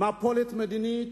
מפולת מדינית.